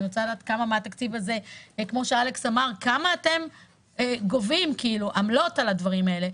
אני רוצה לדעת כמה עמלות אתם גובים על הדברים האלה.